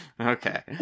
Okay